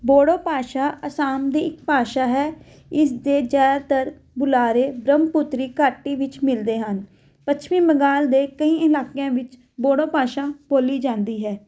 ਬੋੜੋ ਭਾਸ਼ਾ ਅਸਾਮ ਦੀ ਇੱਕ ਭਾਸ਼ਾ ਹੈ ਇਸਦੇ ਜ਼ਿਆਦਾਤਰ ਬੁਲਾਰੇ ਬ੍ਰਹਮਪੁੱਤਰੀ ਘਾਟੀ ਵਿੱਚ ਮਿਲਦੇ ਹਨ ਪੱਛਮੀ ਬੰਗਾਲ ਦੇ ਕਈ ਇਲਾਕਿਆਂ ਵਿੱਚ ਬੋੜੋ ਭਾਸ਼ਾ ਬੋਲੀ ਜਾਂਦੀ ਹੈ